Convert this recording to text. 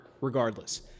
regardless